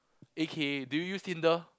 A_K_A do you use Tinder